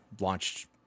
launched